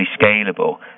scalable